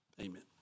Amen